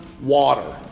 water